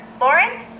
Lauren